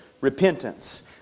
repentance